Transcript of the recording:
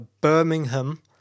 Birmingham